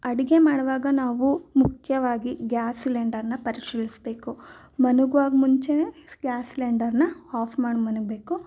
ಅಡುಗೆ ಮಾಡುವಾಗ ನಾವು ಮುಖ್ಯವಾಗಿ ಗ್ಯಾಸ್ ಸಿಲಿಂಡರ್ನ ಪರಿಶೀಲಿಸಬೇಕು ಮಲಗ್ವಾಗ ಮುಂಚೆನೇ ಗ್ಯಾಸ್ ಸಿಲಿಂಡರ್ನ ಆಫ್ ಮಾಡು ಮಲಗ್ಬೇಕು